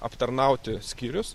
aptarnauti skyrius